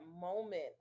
moment